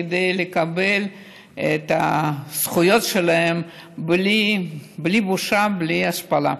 כדי לקבל את הזכויות שלהם בלי בושה ובלי השפלה.